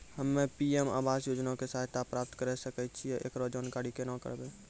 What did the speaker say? हम्मे पी.एम आवास योजना के सहायता प्राप्त करें सकय छियै, एकरो जानकारी केना करबै?